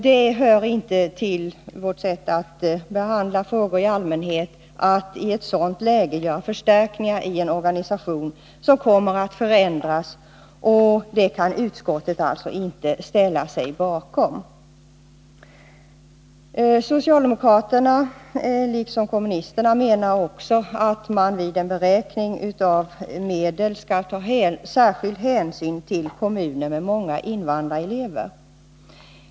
Det hör inte till vårt sätt att behandla frågor att i ett sådant läge göra förstärkningar i en organisation som kommer att förändras. Utskottet kan därför inte ställa sig bakom socialdemokraternas förslag. Socialdemokraterna, liksom kommunisterna, menar att man vid en beräkning av medel skall ta särskild hänsyn till kommuner med många invandrarelever.